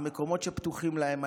המקומות שפתוחים להם,